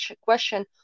question